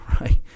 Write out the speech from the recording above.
right